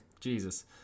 Jesus